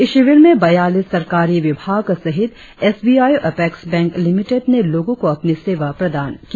इस शिविर में बयालीस सरकारी विभाग सहित एस बी आई और एपेक्स बैंक लिमिटेड ने लोगों को अपनी सेवा प्रदान की